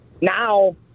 now